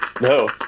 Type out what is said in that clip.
No